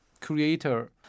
creator